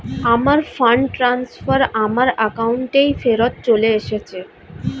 আমার fund transfer আমার অ্যাকাউন্টেই ফেরত চলে এসেছে